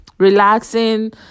relaxing